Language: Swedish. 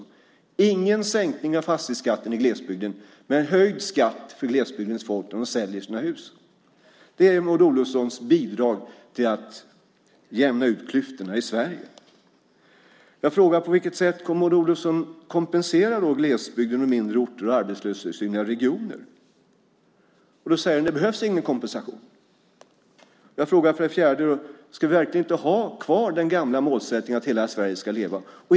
Det är ingen sänkning av fastighetsskatten i glesbygden, men det är höjd skatt för glesbygdens folk när de säljer sina hus. Det är Maud Olofssons bidrag till att jämna ut klyftorna i Sverige. Min tredje fråga var: På vilket sätt kommer Maud Olofsson att kompensera glesbygden, mindre orter och arbetslöshetstyngda regioner? Då säger hon: Det behövs ingen kompensation. Min fjärde fråga var: Ska vi verkligen inte ha kvar den gamla målsättningen att hela Sverige ska leva?